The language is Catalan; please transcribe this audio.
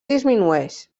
disminueix